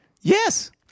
Yes